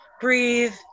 breathe